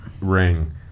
ring